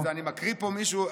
אני מקריא פה מישהו,